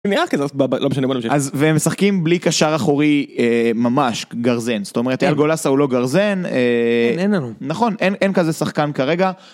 לא משנה, בוא נמשיך. והם משחקים בלי קשר אחורי ממש גרזן, זאת אומרת איל גולסה הוא לא גרזן, אין, אין לנו. נכון, אין כזה שחקן כרגע.